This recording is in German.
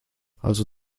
also